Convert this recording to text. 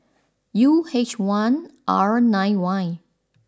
U H one R nine Y